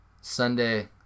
Sunday